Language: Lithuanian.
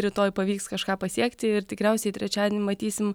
rytoj pavyks kažką pasiekti ir tikriausiai trečiadienį matysim